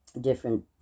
different